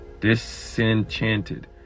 disenchanted